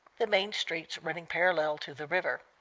the main streets running parallel to the river.